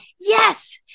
Yes